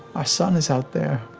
ah son is out there,